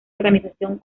organización